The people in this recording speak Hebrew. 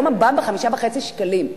היום ה"במבה" 5.5 שקלים,